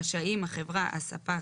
רשאים החברה, הספק